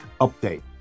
update